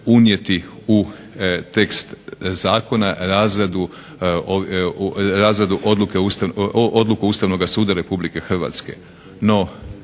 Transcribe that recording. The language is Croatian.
unijeti u tekst zakona razradu odluke Ustavnoga suda Republike Hrvatske.